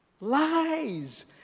lies